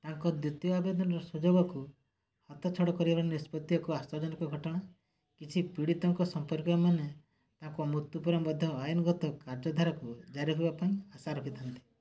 ତାଙ୍କ ଦ୍ୱିତୀୟ ଆବେଦନର ସୁଯୋଗକୁ ହାତଛଡ଼ା କରିବାର ନିଷ୍ପତ୍ତି ଏକ ଆଶ୍ଚର୍ଯ୍ୟଜନକ ଘଟଣା କିଛି ପୀଡ଼ିତଙ୍କ ସମ୍ପର୍କୀୟମାନେ ତାଙ୍କ ମୃତ୍ୟୁ ପରେ ମଧ୍ୟ ଆଇନଗତ କାର୍ଯ୍ୟଧାରାକୁ ଜାରି ରଖିବା ପାଇଁ ଆଶା ରଖିଥାନ୍ତି